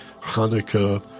Hanukkah